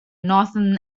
northern